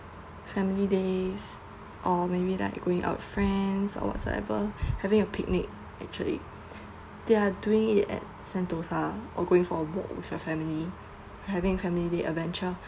family days or maybe like going out where friends or whatsoever having a picnic actually they are doing it at Sentosa or going for a walk with family having family day adventure